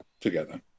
together